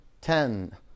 ten